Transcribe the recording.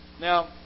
Now